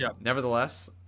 nevertheless